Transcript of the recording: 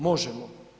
Možemo.